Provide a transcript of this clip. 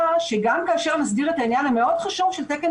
שגם כאשר נסדיר את העניין המאוד חשוב של תקן